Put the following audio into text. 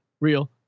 real